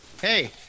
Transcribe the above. Hey